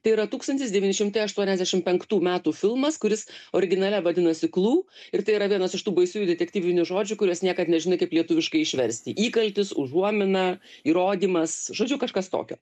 tai yra tūkstantis devyni šimtai aštuoniasdešimt penktų metų filmas kuris originale vadinasi klu ir tai yra vienas iš tų baisiųjų detektyvinių žodžių kuriuos niekad nežinai kaip lietuviškai išversti įkaltis užuomina įrodymas žodžiu kažkas tokio